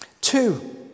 Two